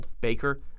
Baker